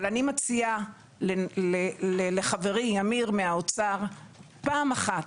אני מציעה לחברי אמיר מהאוצר פעם אחת,